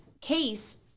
case